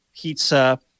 pizza